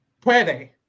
Puede